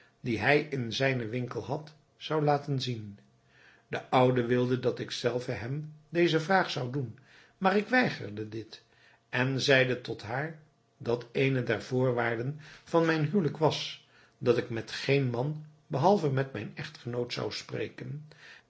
die hij in zijnen winkel had zou laten zien de oude wilde dat ik zelve hem deze vraag zou doen maar ik weigerde dit en zeide tot haar dat eene der voorwaarden van mijn huwelijk was dat ik met geen man behalve met mijn echtgenoot zou spreken